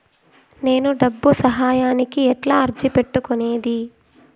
నేను డబ్బు సహాయానికి ఎట్లా అర్జీ పెట్టుకునేది?